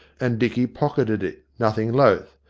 and dicky pocketed it, nothing loth.